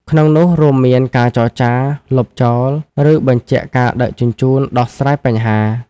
ក្នុងនោះរួមមានការចរចា លុបចោល ឬបញ្ជាក់ការដឹកជញ្ជូន ដោះស្រាយបញ្ហា។